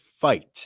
fight